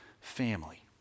family